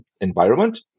environment